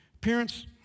Parents